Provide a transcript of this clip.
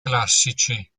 classici